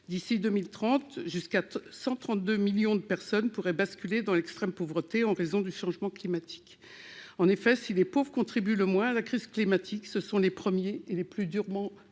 D'ici à 2030, jusqu'à 132 millions de personnes pourraient basculer dans l'extrême pauvreté en raison du changement climatique. En effet, si les pauvres sont ceux qui contribuent le moins à la crise climatique, ils sont aussi les premiers- et les plus durement